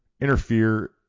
interfere